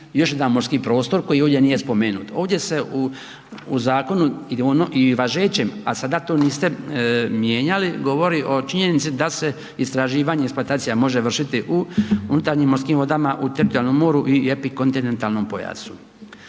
još jedan prostor koji ovdje nije spomenut. Ovdje se u zakonu i važećem, a sada to niste mijenjali, govori o činjenici da se istraživanje i eksploatacija može vršiti u unutarnjim morskim vodama, u teritorijalnom moru i epikontinentalnom pojasu.